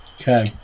Okay